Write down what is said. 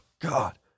God